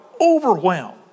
overwhelmed